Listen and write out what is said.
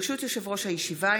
ברשות יושב-ראש הישיבה,